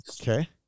Okay